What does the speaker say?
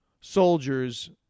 soldiers